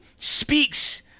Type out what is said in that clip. speaks